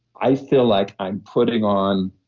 i feel like i'm putting on.